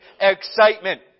excitement